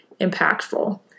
impactful